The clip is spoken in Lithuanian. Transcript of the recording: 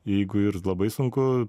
jeigu ir labai sunku